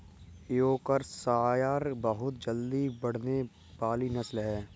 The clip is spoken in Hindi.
योर्कशायर बहुत जल्दी बढ़ने वाली नस्ल है